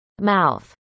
mouth